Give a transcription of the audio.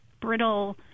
brittle